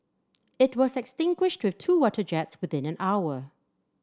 it was extinguished with two water jets within an hour